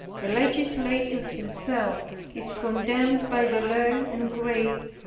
the legislator himself is condemned by the learned and great,